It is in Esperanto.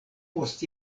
post